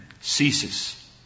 ceases